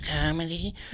comedy